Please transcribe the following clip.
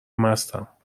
مستم